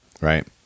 right